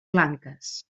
blanques